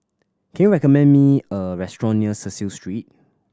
can you recommend me a restaurant near Cecil Street